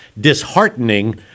disheartening